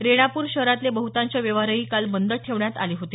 रेणापूर शहरातलेही बहुतांश व्यवहारही काल बंद ठेवण्यात आले होते